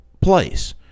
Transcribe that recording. place